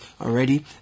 Already